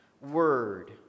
word